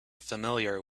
familiar